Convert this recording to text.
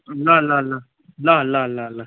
ल ल ल ल ल ल ल